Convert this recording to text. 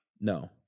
No